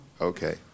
Okay